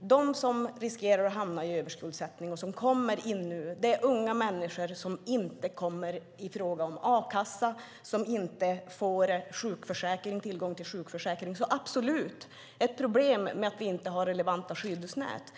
de som riskerar att hamna i överskuldsättning och som kommer in nu är unga människor som inte kommer i fråga för a-kassa och som inte får tillgång till sjukförsäkring. Visst är det ett problem att vi inte har relevanta skyddsnät.